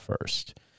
first